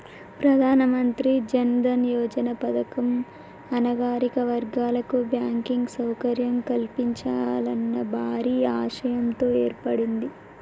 ప్రధానమంత్రి జన్ దన్ యోజన పథకం అణగారిన వర్గాల కు బ్యాంకింగ్ సౌకర్యం కల్పించాలన్న భారీ ఆశయంతో ఏర్పడింది